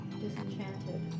disenchanted